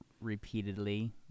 repeatedly